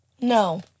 No